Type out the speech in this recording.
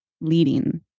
leading